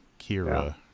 Kira